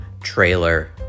trailer